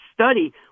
study